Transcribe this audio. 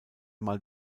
mal